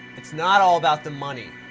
it's not all about the money.